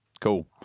cool